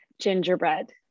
Gingerbread